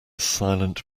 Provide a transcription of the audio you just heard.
silent